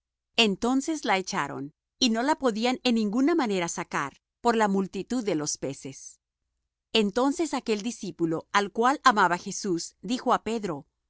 entonces la echaron y no la podían en ninguna manera sacar por la multitud de los peces entonces aquel discípulo al cual amaba jesús dijo á pedro